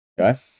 Okay